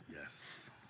Yes